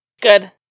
Good